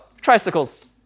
tricycles